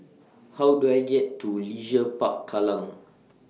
How Do I get to Leisure Park Kallang